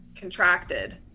contracted